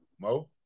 Mo